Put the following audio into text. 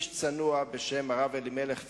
איש צנוע בשם הרב אלימלך פירר,